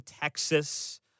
Texas